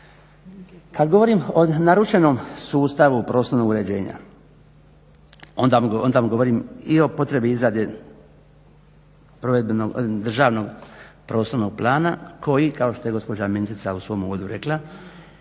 Kad govorim o narušenom sustavu prostornog uređenja onda vam govorim i o potrebi izrade državnog prostornog plana koji kao što je gospođa ministrica u svom uvodu rekla